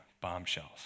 bombshells